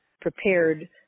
prepared